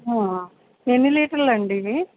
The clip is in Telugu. ఎన్ని లీటర్లండి ఇవి